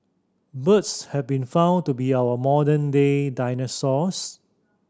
birds have been found to be our modern day dinosaurs